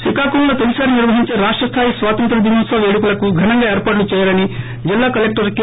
శ్రీకాకుళంలో తొలి సార్ధి నిర్వహించే రాష్ట స్థాయి స్వాతంత్ర దినోత్సవ పేడుకలకు ఏర్పాట్లు చేయాలని జిల్లా కలెక్షర్ కె